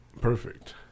Perfect